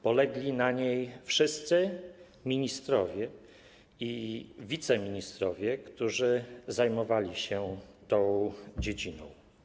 Polegli na niej wszyscy ministrowie i wiceministrowie, którzy zajmowali się tą dziedziną.